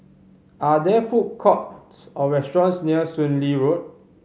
are there food courts or restaurants near Soon Lee Road